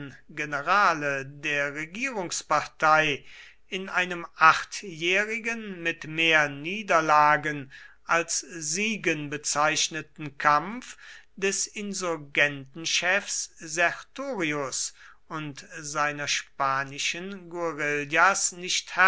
generale der regierungspartei in einem achtjährigen mit mehr niederlagen als siegen bezeichneten kampf des insurgentenchefs sertorius und seiner spanischen